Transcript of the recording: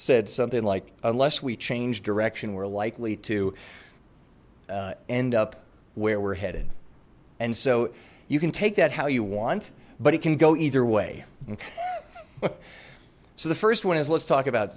said something like unless we change direction we're likely to end up where we're headed and so you can take that how you want but it can go either way so the first one is let's talk about